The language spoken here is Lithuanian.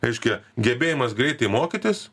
reiškia gebėjimas greitai mokytis